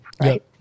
right